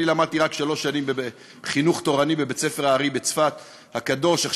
אני למדתי רק שלוש שנים בחינוך תורני בבית-ספר האר"י הקדוש בצפת,